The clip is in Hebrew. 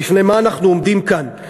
בפני מה אנחנו עומדים כאן,